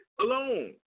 alone